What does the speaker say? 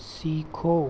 सीखो